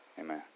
Amen